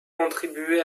contribué